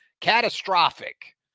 catastrophic